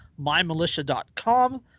mymilitia.com